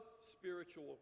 spiritual